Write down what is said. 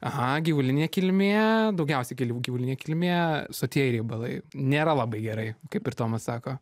aha gyvulinė kilmė daugiausia gyl gyvulinė kilmė sotieji riebalai nėra labai gerai kaip ir tomas sako